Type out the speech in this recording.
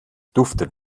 duftet